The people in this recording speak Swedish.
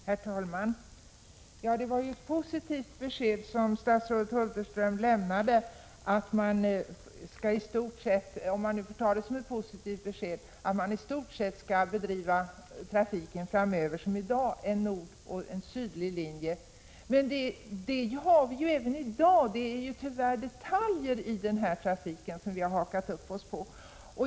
Herr talman! Det var ett positivt besked som statsrådet Hulterström lämnade — jag hoppas att jag får uppfatta det så — att man skall bedriva trafiken framöver i stort sett som i dag med en nordlig och en sydlig linje. Men det har vi som sagt redan i dag — det är tyvärr detaljer i trafiken som vi har hakat upp oss på.